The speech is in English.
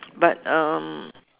but um